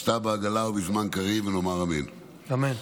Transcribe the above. השתא בעגלא ובזמן קריב ונאמר אמן".